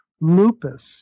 lupus